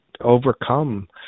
overcome